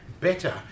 better